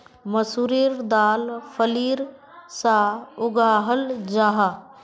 मसूरेर दाल फलीर सा उगाहल जाहा